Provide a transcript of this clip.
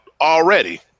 already